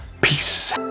Peace